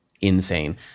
insane